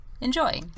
Enjoy